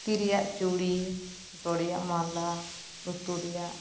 ᱛᱤ ᱨᱮᱭᱟᱜ ᱪᱩᱲᱤ ᱦᱚᱴᱚᱜ ᱨᱮᱭᱟᱜ ᱢᱟᱞᱟ ᱞᱩᱛᱩᱨ ᱨᱮᱭᱟᱜ ᱟᱸᱜᱩᱴᱤ